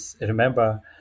remember